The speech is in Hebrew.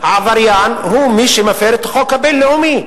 והעבריין הוא מי שמפר את החוק הבין-לאומי.